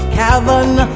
cavern